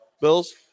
Bills